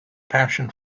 passion